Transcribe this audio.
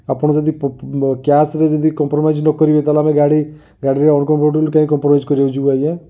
ଆପଣ ଯଦି କ୍ୟାସ୍ ରେ ଯଦି କମ୍ପ୍ରମାଇଜ ନ କରିବେ ତାହେଲେ ଆମେ ଗାଡ଼ି ଗାଡ଼ି ରେ ଅନକମ୍ଫର୍ଟେବଲ କାହିଁକି କମ୍ପ୍ରମାଇଜ କରିବାକୁ ଯିବୁ ଆଜ୍ଞା